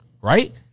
right